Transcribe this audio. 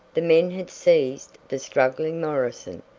the men had seized the struggling morrison,